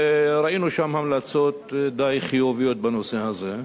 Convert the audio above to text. ראינו שם המלצות די חיוביות בנושא הזה.